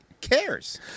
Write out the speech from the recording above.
cares